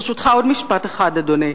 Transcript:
ברשותך, עוד משפט אחד, אדוני.